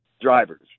drivers